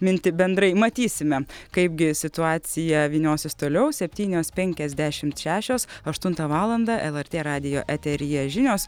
mintį bendrai matysime kaipgi situaciją vyniosis toliauseptynios penkiasdešimt šešios aštuntą valandą lrt radijo eteryje žinios